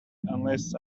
unless